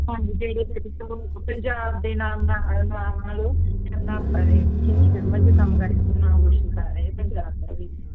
ਹਾਂਜੀ ਪੰਜਾਬ ਦੇ ਨਾਮ ਨਾਲ ਨਾਲ ਨਾਲ ਕਰਨਾ ਹਿੰਦੀ ਫਿਲਮਾਂ 'ਚ ਕੰਮ ਕਰਕੇ ਨਾਮ ਰੌਸ਼ਨ ਕਰ ਰਹੇ ਪੰਜਾਬ ਦਾ ਵੀ